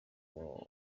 www